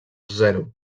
zero